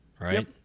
right